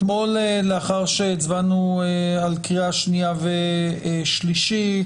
אתמול לאחר שהצבענו על קריאה שנייה ושלישית,